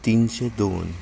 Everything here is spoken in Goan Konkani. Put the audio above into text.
तिनशे दोन